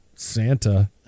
Santa